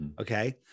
Okay